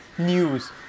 News